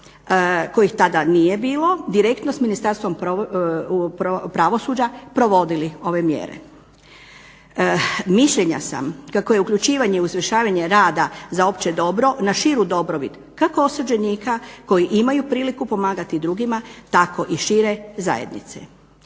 kojih tada nije bilo, direktno s Ministarstvom pravosuđa provodili ove mjere. Mišljenja sam kako je uključivanje u izvršavanje rada za opće dobro na širu dobrobit, kako osuđenika koji imaju priliku pomagati drugima, tako i šire zajednice.